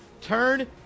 Turn